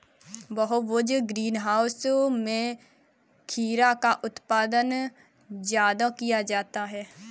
बहुभुज greenhouse में खीरा का उत्पादन ज्यादा किया जाता है